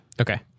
Okay